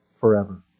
forever